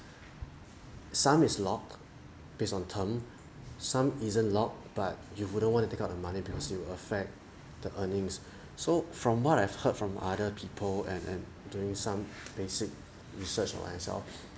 some is locked based on term some isn't locked but you wouldn't want to take out the money because it will affect the earnings so from what I've heard from other people and and doing some basic research by myself